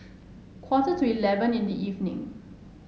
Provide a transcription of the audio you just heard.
quarter to eleven in the evening